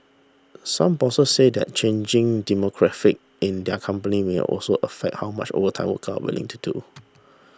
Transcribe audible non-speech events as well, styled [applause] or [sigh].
some bosses said that changing demographics in their companies may also affect how much overtime workers are willing to do [noise]